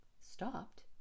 stopped